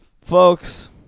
Folks